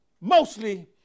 mostly